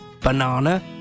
Banana